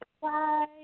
Bye